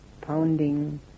pounding